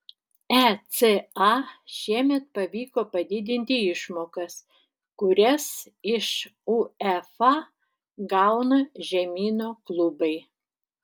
eca šiemet pavyko padidinti išmokas kurias iš uefa gauna žemyno klubai